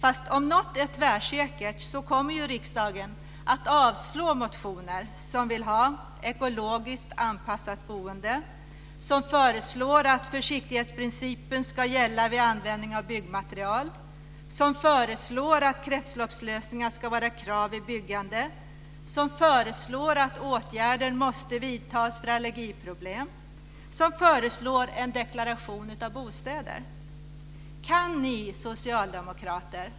Men om något är tvärsäkert så är det att riksdagen kommer att avslå motioner som begär ett ekologiskt anpassat boende, som föreslår att försiktighetsprincipen ska gälla vid användning av byggmaterial, att kretsloppslösningar ska vara krav vid byggande, att åtgärder måste vidtas för allergiproblem och en deklaration av bostäder.